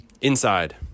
Inside